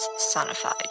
Sonified